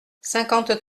cinquante